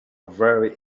very